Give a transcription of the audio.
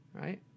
Right